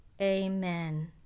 Amen